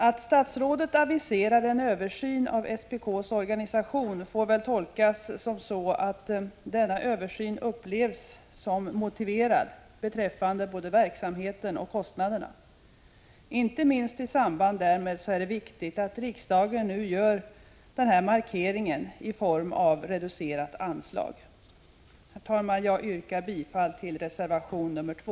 Att statsrådet aviserar en översyn av SPK:s organisation får väl tolkas så, att denna översyn upplevs som motiverad beträffande både verksamheten och kostnaderna. Inte minst i samband därmed är det viktigt att riksdagen nu gör denna markering i form av reducerat anslag. Herr talman! Jag yrkar bifall till reservation nr 2.